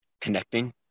connecting